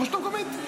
הרשות המקומית.